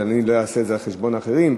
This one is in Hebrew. ואני לא אעשה את זה על חשבון האחרים.